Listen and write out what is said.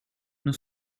non